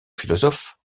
philosophe